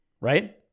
Right